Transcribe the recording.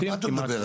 על מה אתה מדבר?